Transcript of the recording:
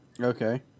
Okay